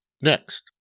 Next